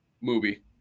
movie